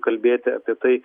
kalbėti apie tai